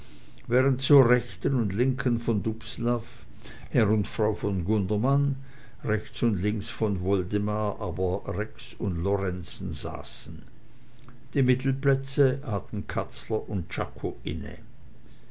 während zur rechten und linken von dubslav herr und frau von gundermann rechts und links von woldemar aber rex und lorenzen saßen die mittelplätze hatten katzler und czako inne